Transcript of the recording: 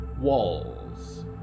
Walls